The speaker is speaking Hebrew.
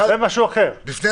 זה משהו אחר.